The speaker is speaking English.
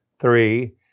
three